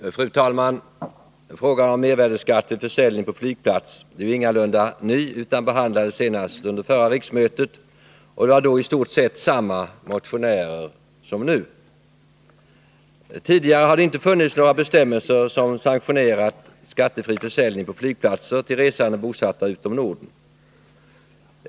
ij rYärdeskattefri Fru talman! Frågan om mervärdeskatt vid försäljning på flygplats är j försuljring på : Bj Jning på flygplats är ju flygplatser ingalunda ny. Den behandlades senast under förra riksmötet, och det var då i stort sett samma motionärer som nu. Tidigare har det inte funnits några bestämmelser som sanktionerat skattefri försäljning på flygplatser till resande bosatta utom Norden.